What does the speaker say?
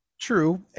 True